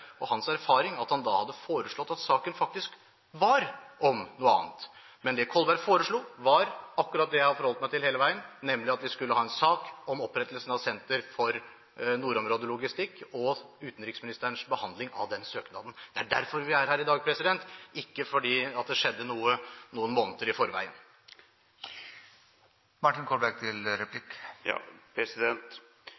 og hans erfaring at han da hadde foreslått at saken faktisk omhandlet noe annet. Men det Kolberg foreslo, var akkurat det jeg har forholdt meg til hele veien, nemlig at vi skulle ha en sak om opprettelsen av Senter for nordområdelogistikk og utenriksministerens behandling av den søknaden. Det er derfor vi er her i dag, ikke fordi det skjedde noe noen måneder i